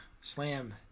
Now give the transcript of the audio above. slam